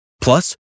Plus